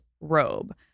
robe